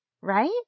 right